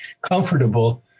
comfortable